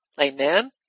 Amen